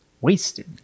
wasted